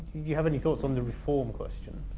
you have any thoughts on the reform question?